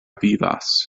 vivas